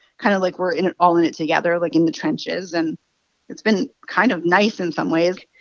kind of like we're in it all in it together, like, in the trenches. and it's been kind of nice in some ways.